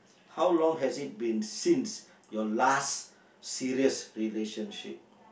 how long has it been since your last serious relationship